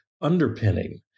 underpinning